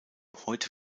heute